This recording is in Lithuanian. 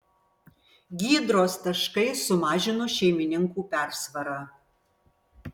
gydros taškai sumažino šeimininkų persvarą